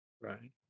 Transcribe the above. Right